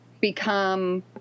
become